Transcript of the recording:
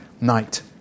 night